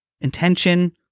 intention